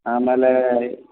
ಆಮೇಲೇ